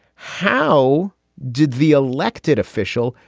how did the elected official.